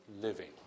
living